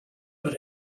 but